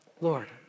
Lord